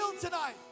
tonight